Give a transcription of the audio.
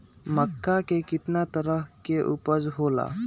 मक्का के कितना तरह के उपज हो ला?